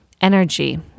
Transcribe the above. energy